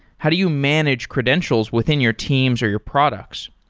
how do you manage credentials within your teams or your products?